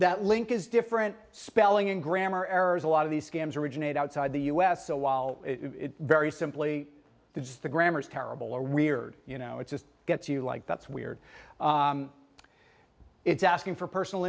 that link is different spelling and grammar errors a lot of these scams originate outside the us so while it very simply does the grammar is terrible or weird you know it just gets you like that's weird it's asking for personal